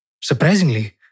Surprisingly